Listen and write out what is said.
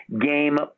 game